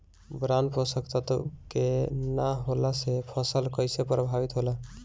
Boron पोषक तत्व के न होला से फसल कइसे प्रभावित होला?